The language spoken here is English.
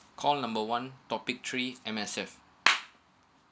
call number one topic three M_S_F